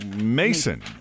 mason